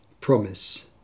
promise